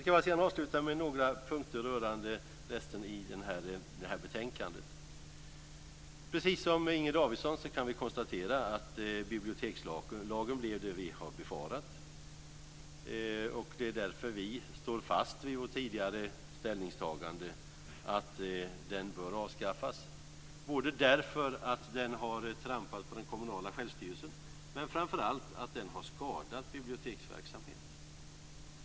Jag ska avsluta med några punkter rörande resten av betänkandet. Precis som Inger Davidson kan vi konstatera att bibliotekslagen blev det vi har befarat. Det är därför vi moderater står fast vid vårt tidigare ställningstagande - att den bör avskaffas. Den bör avskaffas både därför att den har trampat på den kommunala självstyrelsen, och framför allt därför att den har skadat biblioteksverksamhet.